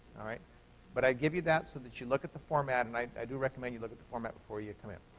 but i give you that so that you look at the format, and i i do recommend you look at the format before you come in.